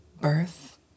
birth